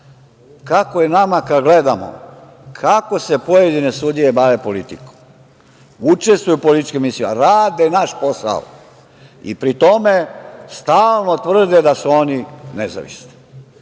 kako je nama kada gledamo kako se pojedine sudije bave politikom. Učestvuju u političkim emisijama, rade naš posao, i pri tome, stalno tvrde da su oni nezavisni. Mislim